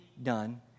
done